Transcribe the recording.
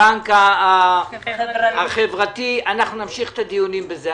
הבנק החברתי אנחנו נמשיך את הדיונים בזה.